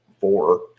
four